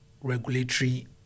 regulatory